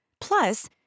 Plus